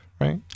right